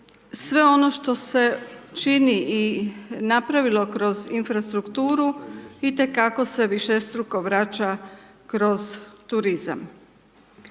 sve ono što se čini i napravilo kroz infrastrukturu i te kako se višestruko vraća kroz turizma